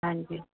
ਹਾਂਜੀ